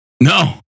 No